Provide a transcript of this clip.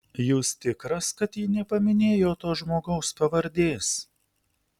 jūs tikras kad ji nepaminėjo to žmogaus pavardės